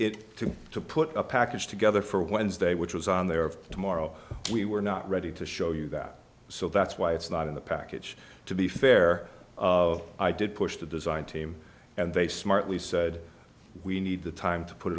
it took to put a package together for wednesday which was on there of tomorrow we were not ready to show you that so that's why it's not in the package to be fair i did push the design team and they smartly said we need the time to put